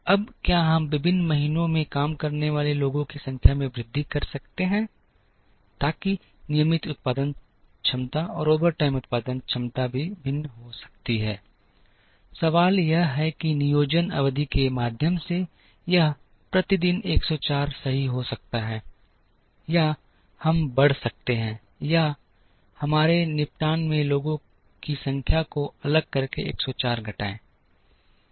अब क्या हम विभिन्न महीनों में काम करने वाले लोगों की संख्या में वृद्धि कर सकते हैं ताकि नियमित समय उत्पादन क्षमता और ओवरटाइम उत्पादन क्षमता भी भिन्न हो सकती है सवाल यह है कि नियोजन अवधि के माध्यम से यह प्रति दिन 104 सही हो सकता है या हम बढ़ सकते हैं या हमारे निपटान में लोगों की संख्या को अलग करके 104 घटाएं